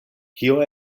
kio